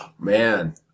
Man